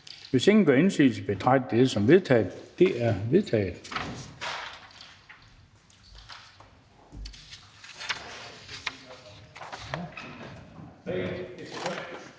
Hvis ingen gør indsigelse, betragter jeg det som vedtaget. Det er vedtaget.